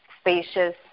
spacious